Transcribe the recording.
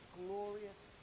glorious